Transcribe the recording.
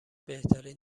بهترین